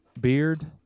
beard